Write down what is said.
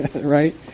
right